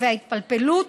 וההתפלפלות